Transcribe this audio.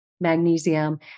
magnesium